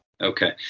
okay